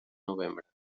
novembre